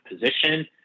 position